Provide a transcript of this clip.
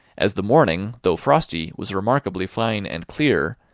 as the morning, though frosty, was remarkably fine and clear,